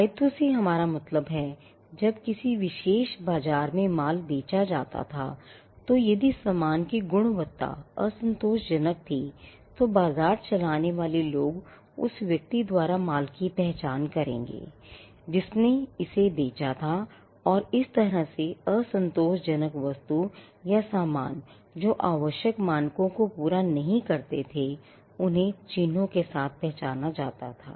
दायित्व से हमारा मतलब है जब किसी विशेष बाजार में माल बेचा जाता था तो यदि सामान की गुणवत्ता असंतोषजनक थी तो बाजार चलाने वाले लोग उस व्यक्ति द्वारा माल की पहचान करेंगे जिसने इसे बेचा था और इस तरह से असंतोषजनक वस्तु या सामान जो आवश्यक मानकों को पूरा नहीं करते थे उन्हें चिह्नों के साथ पहचाना जाता था